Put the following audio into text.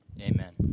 Amen